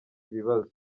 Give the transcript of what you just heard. ibibazo